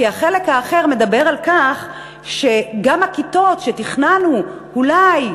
כי החלק האחר מדבר על כך שגם הכיתות שתכננו אולי,